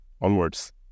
onwards